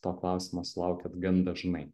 to klausimo sulaukiat gan dažnai